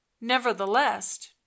nevertheless